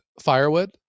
firewood